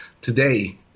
Today